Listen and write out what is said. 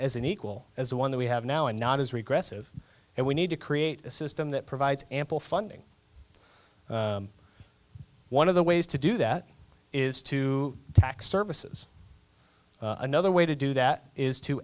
as unequal as the one that we have now and not as regressive and we need to create a system that provides ample funding one of the ways to do that is to tax services another way to do that is to